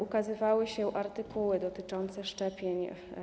Ukazywały się artykuły dotyczące szczepień.